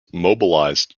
mobilized